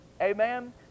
amen